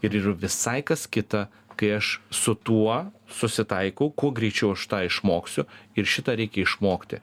ir yra visai kas kita kai aš su tuo susitaikau kuo greičiau aš tą išmoksiu ir šitą reikia išmokti